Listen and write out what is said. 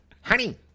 honey